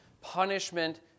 punishment